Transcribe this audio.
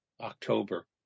October